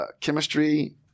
chemistry